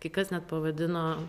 kai kas net pavadino